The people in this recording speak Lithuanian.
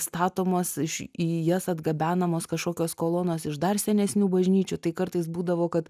statomos iš į jas atgabenamos kažkokios kolonos iš dar senesnių bažnyčių tai kartais būdavo kad